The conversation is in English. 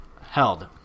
held